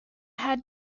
had